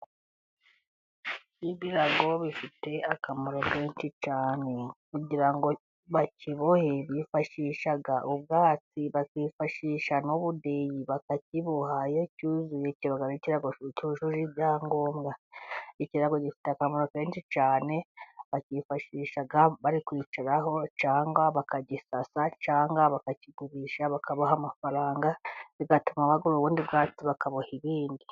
Ibirago bifite akamaro kenshi cyane kugira ngo bakibohe bifashisha ubwatsi bakifashisha n'ubudeyi bakakiboha, iyo cyuzuye kiba ari ikirago cyujuje ibyangombwa. Ikirago gifite akamaro kenshi cyane bacyifashisha bari kwicaraho cyangwa bakagisasa, cyangwa bakakigurisha bakabaha amafaranga bigatuma bagura ubundi bwatsi bakaboha ibindi.